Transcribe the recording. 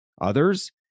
Others